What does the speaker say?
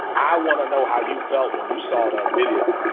i want to know how you felt when you saw that video.